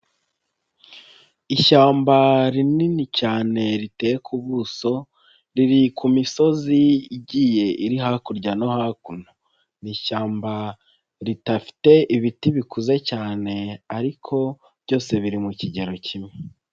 Ishyamba rinini cyane riteye ku buso, riri ku misozi igiye iri hakurya no hakuno, ni ishyamba ridafite ibiti bikuze cyane, ariko byose biri mu kigero kimwe.